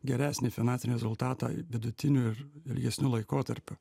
geresnį finansinį rezultatą vidutiniu ir ilgesniu laikotarpiu